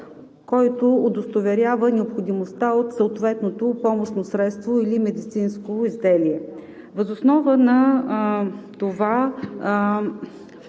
който удостоверява необходимостта от съответното помощно средство или медицинско изделие. Въз основа на това